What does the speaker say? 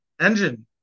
engine